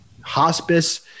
Hospice